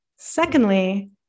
Secondly